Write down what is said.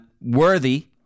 worthy